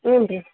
ಹ್ಞೂ ರಿ